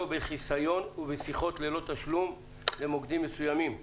בחיסיון ובשיחות ללא תשלום למוקדים מסוימים,